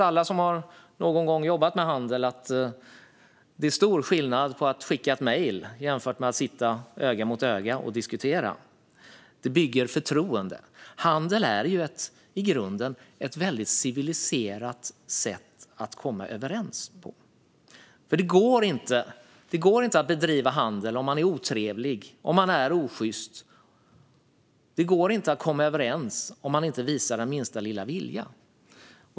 Alla som någon gång jobbat med handel vet att det är stor skillnad på att skicka ett mejl och att sitta öga mot öga och diskutera. Det senare bygger förtroende. Handel är i grunden ett mycket civiliserat sätt att komma överens. Det går inte att bedriva handel om man är otrevlig och osjyst. Det går inte att komma överens om man inte visar minsta lilla vilja.